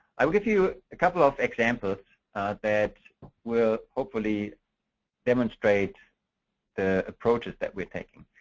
i'll give you a couple of examples that will hopefully demonstrate the approaches that we're taking.